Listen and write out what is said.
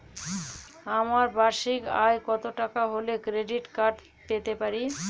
আমার বার্ষিক আয় কত টাকা হলে ক্রেডিট কার্ড পেতে পারি?